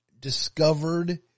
discovered